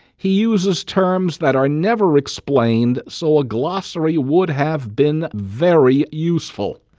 he uses terms that are never explained so a glossary would have been very useful.